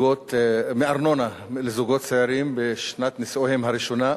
פטור מארנונה לזוגות צעירים בשנת נישואיהם הראשונה,